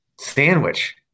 sandwich